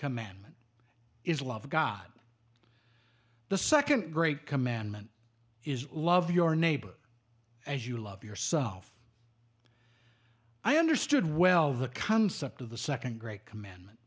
commandment is love god the second great commandment is love your neighbor as you love yourself i understood well the concept of the second great commandment